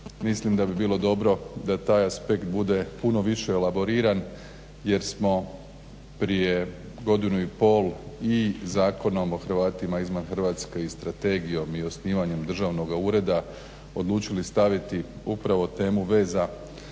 mislim da bi bilo dobro da taj aspekt bude puno više elaboriran jer smo prije godinu i pol i Zakonom o Hrvatima izvan Hrvatske i strategijom i osnivanjem državnoga ureda odlučili staviti upravo temu veza